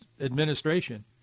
administration